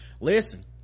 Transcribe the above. listen